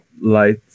Light